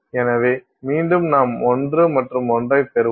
எனவே மீண்டும் நாம் 1 மற்றும் 1 ஐப் பெறுவோம்